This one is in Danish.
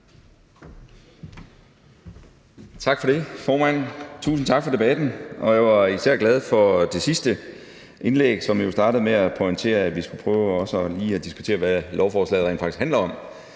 Tak for det, formand, og tusind tak for debatten. Jeg var især glad for det sidste indlæg, som jo startede med at pointere, at vi skulle prøve også at diskutere, hvad lovforslaget rent faktisk handler om.